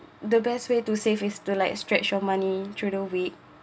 the best way to save is to like stretch your money through the week